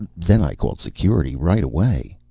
then i called security. right away.